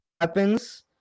weapons